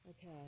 Okay